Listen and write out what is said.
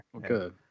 Good